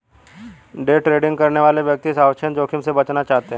day trading करने वाले व्यक्ति अवांछित जोखिम से बचना चाहते हैं